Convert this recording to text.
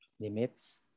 Limits